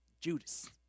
Judas